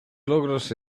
logros